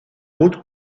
haute